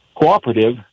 cooperative